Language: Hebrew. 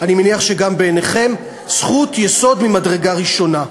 אני מניח שגם בעיניכם, זכות יסוד ממדרגה ראשונה.